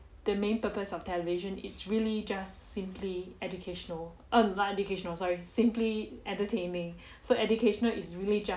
the main purpose of television it's really just simply educational um not educational sorry simply entertaining so educational is really